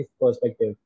perspective